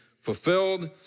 fulfilled